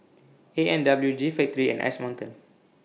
A and W G Factory and Ice Mountain